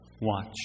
watch